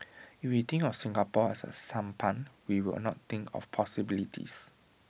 if we think of Singapore as A sampan we will not think of possibilities